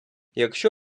якщо